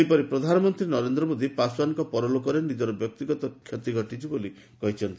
ସେହିପରି ପ୍ରଧାନମନ୍ତ୍ରୀ ନରେନ୍ଦ୍ର ମୋଦୀ ପାଶ୍ୱାନଙ୍କ ପରଲୋକରେ ନିଜର ବ୍ୟକ୍ତିଗତ କ୍ଷତି ଘଟିଛି ବୋଲି କହିଛନ୍ତି